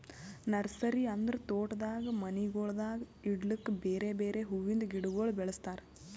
nursery ಅಂದುರ್ ತೋಟದಾಗ್ ಮನಿಗೊಳ್ದಾಗ್ ಇಡ್ಲುಕ್ ಬೇರೆ ಬೇರೆ ಹುವಿಂದ್ ಗಿಡಗೊಳ್ ಬೆಳುಸ್ತಾರ್